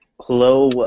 Hello